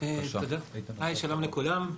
שלום לכולם.